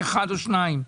אחד או שניים?